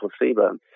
placebo